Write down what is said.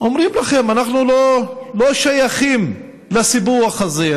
אומרים לכם: אנחנו לא שייכים לסיפוח הזה,